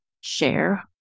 share